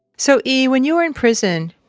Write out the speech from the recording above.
so e, when you were in prison,